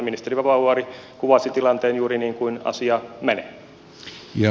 ministeri vapaavuori kuvasi tilanteen juuri niin kuin asia menee